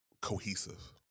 cohesive